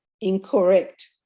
incorrect